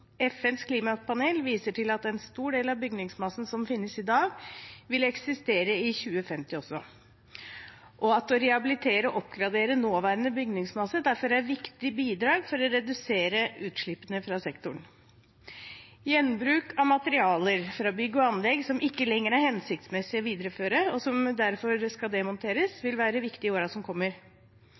FNs klimapanel viser til at en stor del av bygningsmassen som finnes i dag, også vil eksistere i 2050, og at å rehabilitere og oppgradere nåværende bygningsmasse derfor er viktige bidrag for å redusere utslippene fra sektoren. Gjenbruk av materialer fra bygg og anlegg som ikke lenger er hensiktsmessig å videreføre, og som derfor skal demonteres, vil være viktig i årene som kommer.